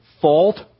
fault